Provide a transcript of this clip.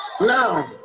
now